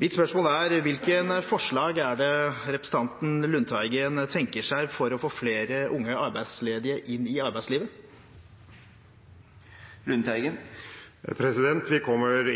Mitt spørsmål er: Hvilket forslag er det representanten Lundteigen tenker seg for å få flere unge arbeidsledige inn i arbeidslivet? Vi kommer